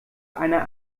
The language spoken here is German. einer